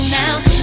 now